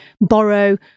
borrow